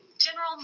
General